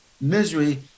misery